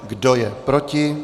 Kdo je proti?